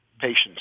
patients